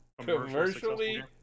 commercially